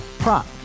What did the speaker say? Prop